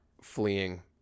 fleeing